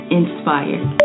inspired